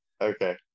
okay